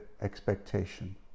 expectation